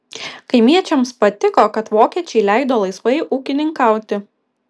kaimiečiams patiko kad vokiečiai leido laisvai ūkininkauti